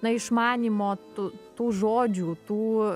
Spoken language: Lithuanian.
na išmanymo tu tų žodžių tų